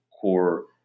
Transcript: core